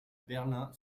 berlin